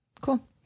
Cool